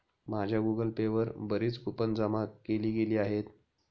माझ्या Google Pay वर बरीच कूपन जमा केली गेली आहेत